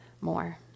more